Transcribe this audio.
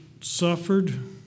suffered